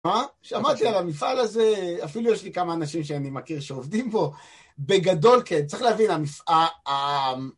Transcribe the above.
מה? שמעתי על המפעל הזה, אפילו יש לי כמה אנשים שאני מכיר שעובדים בו בגדול כן, צריך להבין המפעל